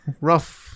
Rough